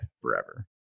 forever